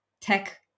tech